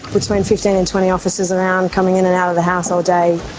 between fifteen and twenty officers around, coming in and out of the house all day.